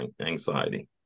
anxiety